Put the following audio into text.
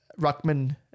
Ruckman